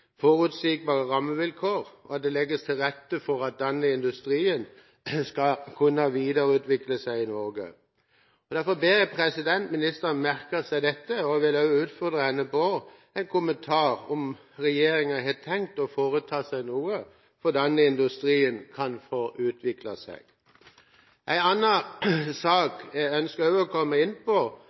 forutsigbare rammevilkår, og at det legges til rette for at denne industrien skal kunne videreutvikle seg i Norge. Derfor ber jeg ministeren merke seg dette, og jeg vil også utfordre henne til å gi en kommentar på om regjeringa har tenkt å foreta seg noe slik at denne industrien kan få utviklet seg. En annen sak jeg også ønsker å komme inn på,